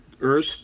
earth